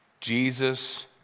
Jesus